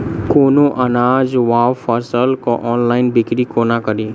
कोनों अनाज वा फसल केँ ऑनलाइन बिक्री कोना कड़ी?